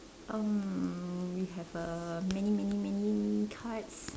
um we have uh many many many cards